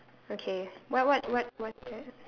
okay what what what what's that